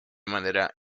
manera